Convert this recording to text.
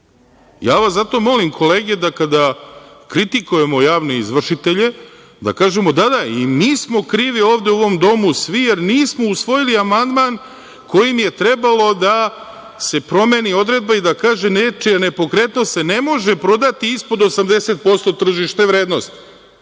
vas molim kolege, da kada kritikujemo javne izvršitelje da kažemo – da, da, i mi smo krivi ovde u ovom domu svi, jer nismo usvojili amandmanom kojim je trebalo da se promeni odredba i da kaže – nečija nepokretnost se ne može prodati ispod 80% tržišne vrednosti.